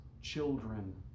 children